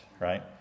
right